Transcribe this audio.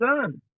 son